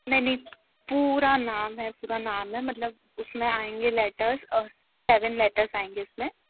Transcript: नहीं नहीं पूरा नाम है पूरा नाम है मतलब उसमें आएँगे लैटर्स और सेवेन लेटर्स आएँगे उसमें